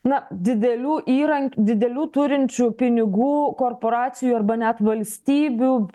na didelių įrankių didelių turinčių pinigų korporacijų arba net valstybių